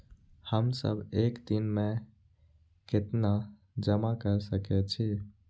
हम सब एक दिन में केतना जमा कर सके छी?